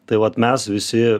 tai vat mes visi